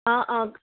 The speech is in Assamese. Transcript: অঁ অঁ